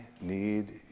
need